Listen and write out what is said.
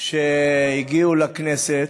שהגיעו לכנסת.